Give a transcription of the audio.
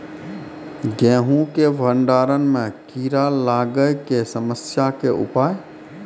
गेहूँ के भंडारण मे कीड़ा लागय के समस्या के उपाय?